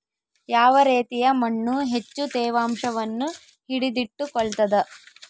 ಯಾವ ರೇತಿಯ ಮಣ್ಣು ಹೆಚ್ಚು ತೇವಾಂಶವನ್ನು ಹಿಡಿದಿಟ್ಟುಕೊಳ್ತದ?